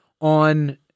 On